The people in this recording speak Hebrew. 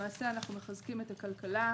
למעשה אנחנו מחזקים את הכלכלה.